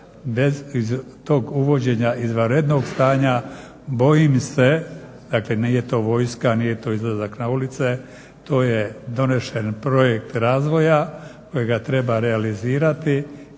bez tog uvođenja izvanrednog stanja bojim se, dakle nije to vojska, nije to izlazak na ulice. To je donesen projekt razvoja kojega treba realizirati